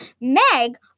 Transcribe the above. Meg